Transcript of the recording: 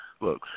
Look